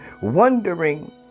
wondering